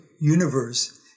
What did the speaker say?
universe